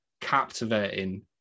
captivating